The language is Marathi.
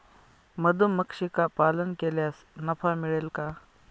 मधुमक्षिका पालन केल्यास नफा मिळेल का?